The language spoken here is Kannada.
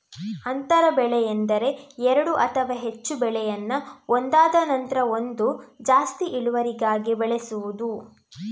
ಅಂತರ ಬೆಳೆ ಎಂದರೆ ಎರಡು ಅಥವಾ ಹೆಚ್ಚು ಬೆಳೆಯನ್ನ ಒಂದಾದ ನಂತ್ರ ಒಂದು ಜಾಸ್ತಿ ಇಳುವರಿಗಾಗಿ ಬೆಳೆಸುದು